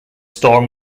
storm